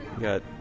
Got